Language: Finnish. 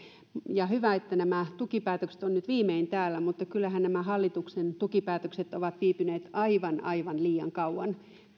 hyvä että nämä tukipäätökset ovat nyt viimein täällä mutta kyllähän nämä hallituksen tukipäätökset ovat viipyneet aivan aivan liian kauan